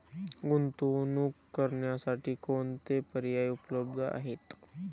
गुंतवणूक करण्यासाठी कोणते पर्याय उपलब्ध आहेत?